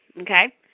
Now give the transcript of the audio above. okay